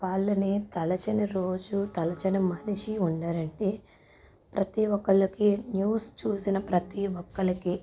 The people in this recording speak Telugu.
వాళ్ళని తలచిన రోజు తలచని మనిషి ఉండరండి ప్రతీ ఒక్కలకి న్యూస్ చూసిన ప్రతి ఒక్కలకి